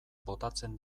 botatzen